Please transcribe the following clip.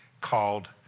called